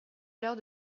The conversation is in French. alors